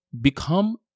become